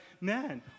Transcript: man